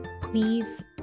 please